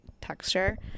texture